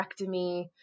hysterectomy